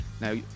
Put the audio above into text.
Now